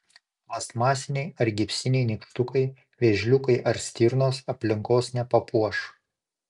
plastmasiniai ar gipsiniai nykštukai vėžliukai ar stirnos aplinkos nepapuoš